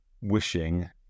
wishing